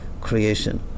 creation